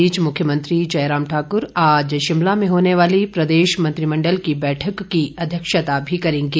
इस बीच मुख्यमंत्री जयराम ठाकुर आज शिमला में होने वाली प्रदेश मंत्रिमंडल की बैठक की अध्यक्षता भी करेंगे